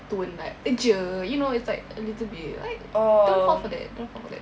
tone like jer you know it's like a little bit like don't fall for that don't fall for that